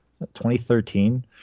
2013